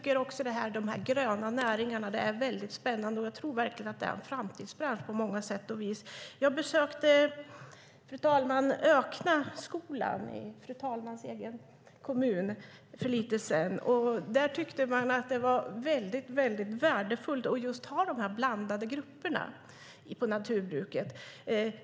Fru talman! De gröna näringarna är väldigt spännande, och jag tror verkligen att det är en framtidsbransch på många sätt och vis. Fru talman! Jag besökte Öknaskolan i fru talmannens egen hemkommun för lite sedan. Där tyckte de att det var väldigt värdefullt att ha de här blandade grupperna.